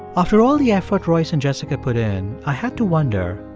after all the effort royce and jessica put in, i had to wonder,